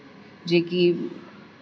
जे की